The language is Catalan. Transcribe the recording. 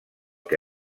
que